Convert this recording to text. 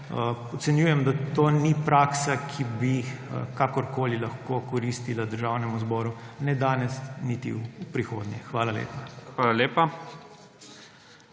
Ocenjujem, da to ni praksa, ki bi kakorkoli lahko koristila Državnemu zboru − ne danes niti v prihodnje. Hvala lepa.